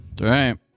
Right